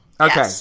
Okay